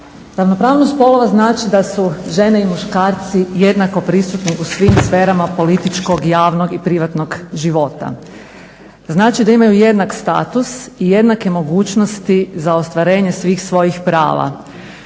Ravnopravnost spolova znači da su žene i muškarci jednako prisutni u svim sferama političkog, javnog i privatnog života. Znači da imaju jednak status i jednake mogućnosti za ostvarenje svih svojih prava.